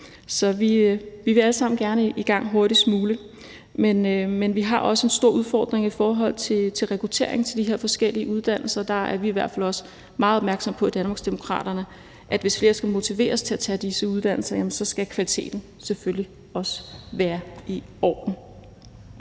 Så vi vil alle sammen gerne i gang hurtigst muligt, men vi har også en stor udfordring i forhold til rekruttering til de her forskellige i uddannelser. Der er vi i hvert fald også meget opmærksomme på, i Danmarksdemokraterne, at hvis flere skal motiveres til at tage disse uddannelser, skal kvaliteten selvfølgelig også være i orden.